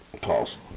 pause